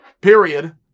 period